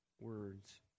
words